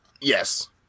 yes